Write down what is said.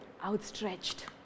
outstretched